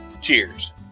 Cheers